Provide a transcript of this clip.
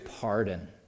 pardon